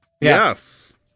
Yes